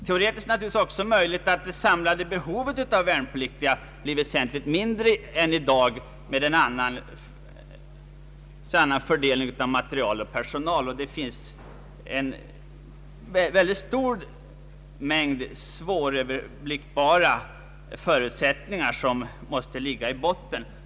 Det är naturligtvis också möjligt att det samlade behovet av värnpliktiga blir väsentligt mindre än i dag med en annan fördelning mellan material och personal. Det finns en stor mängd svåröverblickbara förutsättningar som härvidlag måste ligga i botten.